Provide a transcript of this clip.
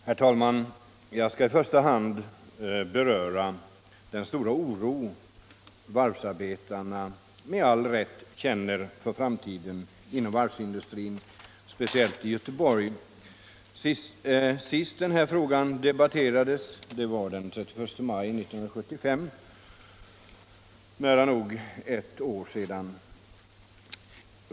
Herr talman! Jag skall i första hand beröra den stora oro varvsarbetarna med all rätt känner för framtiden inom varvsindustrin, speciellt i Göteborg. Senast denna fråga debatterades här var den 31 maj 1975 — för nära nog exakt ett år sedan.